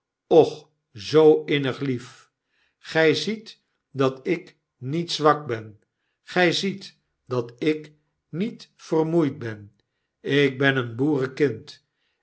och zoo innig lief gy ziet dat ik niet zwak ben gij ziet dat ik niet vermoeid ben ik ben een